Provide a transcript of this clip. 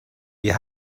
wir